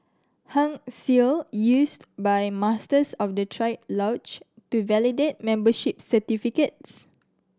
Hung Seal used by Masters of the triad lodge to validate membership certificates